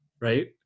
Right